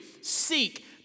seek